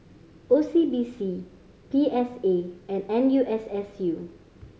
O C B C P S A and N U S S U